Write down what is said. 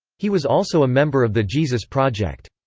he was also a member of the jesus project.